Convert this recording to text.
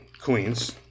Queens